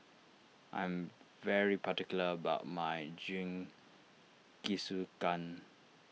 I am very particular about my Jingisukan